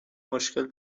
مشکل